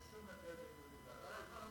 אין שום הבדל בין יהודים לערבים.